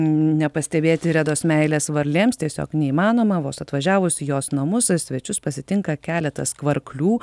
nepastebėti redos meilės varlėms tiesiog neįmanoma vos atvažiavus į jos namus svečius pasitinka keletas kvarklių